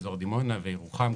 דימונה וירוחם,